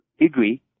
agree